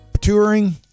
touring